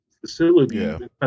facility